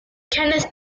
kenneth